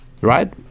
right